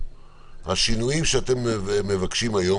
השינויים שאתם מבקשים היום,